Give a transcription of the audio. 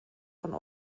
von